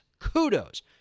Kudos